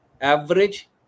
Average